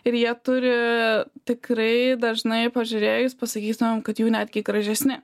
ir jie turi tikrai dažnai pažiūrėjus pasakytumėm kad jų netgi gražesni